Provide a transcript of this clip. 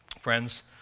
Friends